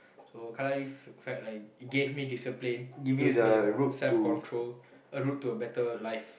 so kalari felt like it gave me discipline it gave me self control a route to a better life